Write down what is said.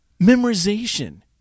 Memorization